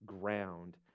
ground